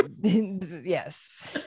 Yes